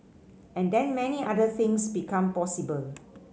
and then many other things become possible